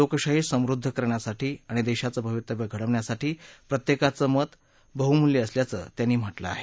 लोकशाही समृद्ध करण्यासाठी आणि देशाचं भवितव्य घडवण्यासाठी प्रत्येकाचं मत बहुमूल्य असल्याचं त्यांनी म्हटलं आहे